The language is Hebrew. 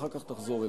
אחר כך תחזור אלי.